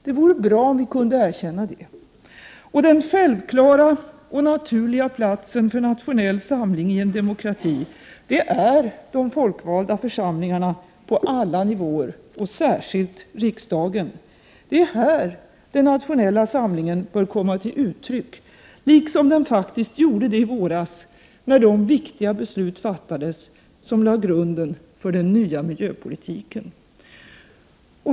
Det vore bra om vi kunde erkänna det. Den självklara och naturliga platsen för nationell samling i en demokrati är de folkvalda församlingarna på alla nivåer, och särskilt riksdagen. Det är här den nationella samlingen bör komma till uttryck — liksom den gjorde i våras när de viktiga beslut fattades som lade grunden för den nya miljöpolitiken.